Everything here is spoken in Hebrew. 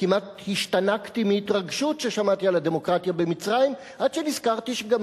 כמעט השתנקתי מהתרגשות כששמעתי על הדמוקרטיה במצרים עד שנזכרתי שגם